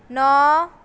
ਨੌ